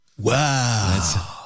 Wow